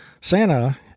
Santa